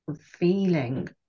feeling